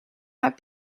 that